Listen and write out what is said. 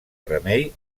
remei